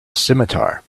scimitar